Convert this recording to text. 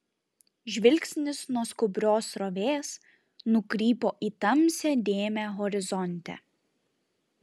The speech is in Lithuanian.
žvilgsnis nuo skubrios srovės nukrypo į tamsią dėmę horizonte